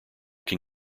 can